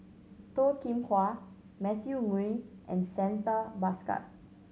Toh Kim Hwa Matthew Ngui and Santha Bhaskar